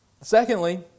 Secondly